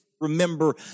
remember